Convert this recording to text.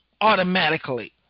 automatically